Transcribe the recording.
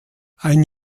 ein